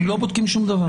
הם לא בודקים שום דבר.